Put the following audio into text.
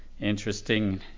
interesting